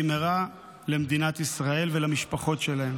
במהרה למדינת ישראל ולמשפחות שלהם.